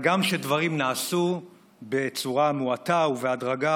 הגם שדברים נעשו בצורה מועטה ובהדרגה,